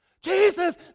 Jesus